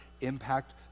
impact